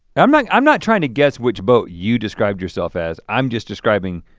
i'm like i'm not trying to guess which boat you described yourself as, i'm just describing,